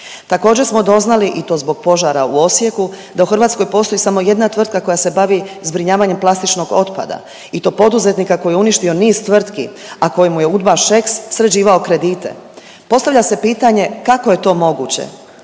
Također smo doznali i to zbog požara u Osijeku da u Hrvatskoj postoji samo jedna tvrtka koja se bavi zbrinjavanjem plastičnog otpada i to poduzetnika koji je uništio niz tvrtki a kojemu je udbaš Šeks sređivao kredite. Postavlja se pitanje kako je to moguće?